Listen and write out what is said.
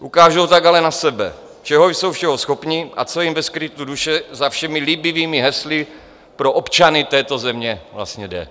Ukážou tak ale na sebe, čeho jsou všeho schopni a o co jim ve skrytu duše za všemi líbivými hesly pro občany této země vlastně jde.